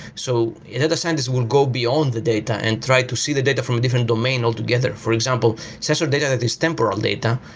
so and scientist will go beyond the data and try to see the data from a different domain altogether. for example, sensorial data that is temporal data